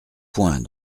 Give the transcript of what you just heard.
point